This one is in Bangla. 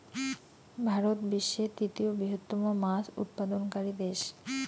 ভারত বিশ্বের তৃতীয় বৃহত্তম মাছ উৎপাদনকারী দেশ